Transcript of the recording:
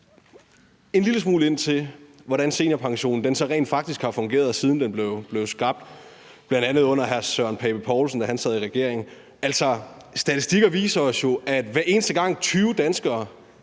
en lille smule ind til, hvordan seniorpensionen så rent faktisk har fungeret, siden den blev skabt, bl.a. under hr. Søren Pape Poulsen, da han sad i regering. Altså, statistikker viser os jo, at hver eneste gang 20 danskere